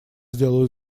сделаю